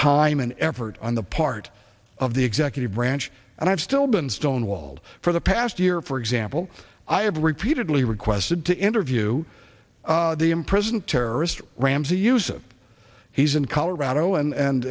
time and effort on the part of the executive branch and i've still been stonewalled for the past year for example i have repeatedly requested to interview the i'm president terrorist ramzi yousef he's in colorado and